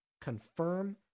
confirm